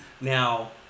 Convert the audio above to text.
Now